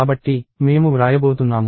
కాబట్టి మేము వ్రాయబోతున్నాము